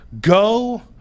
go